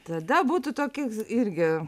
tada būtų tokis irgi